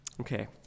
Okay